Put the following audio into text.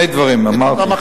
שני דברים אמרתי.